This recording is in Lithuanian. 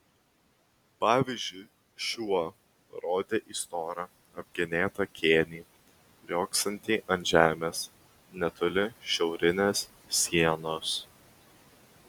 pavyzdžiui šiuo parodė į storą apgenėtą kėnį riogsantį ant žemės netoli šiaurinės sienos